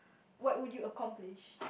what would you accomplish